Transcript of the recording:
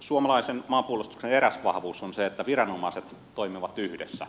suomalaisen maanpuolustuksen eräs vahvuus on se että viranomaiset toimivat yhdessä